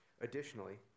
Additionally